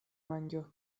manĝo